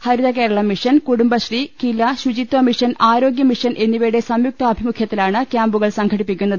Harithakeralam mission Kudumbashree KILA Suchitwa mission ആരോഗ്യ mission എന്നിവയുടെ സംയുക്താഭിമുഖ്യത്തി ലാണ് ക്യാമ്പുകൾ സംഘടിപ്പിക്കുന്നത്